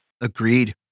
Agreed